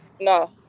No